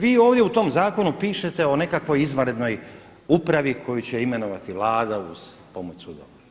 Vi ovdje u tom zakonu pišete o nekakvoj izvanrednoj upravi koju će imenovati Vlada uz pomoć sudova.